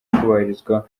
kubahirizwa